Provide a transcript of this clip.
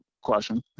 question